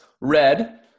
red